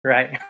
Right